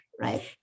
right